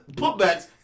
putbacks